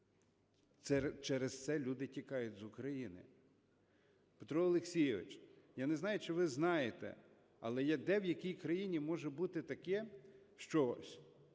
Через це люди тікають з України. Петро Олексійович, я не знаю, чи ви знаєте, але де в якій країні може бути таке, що